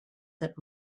that